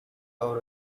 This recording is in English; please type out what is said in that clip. over